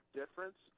difference